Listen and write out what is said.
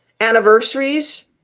anniversaries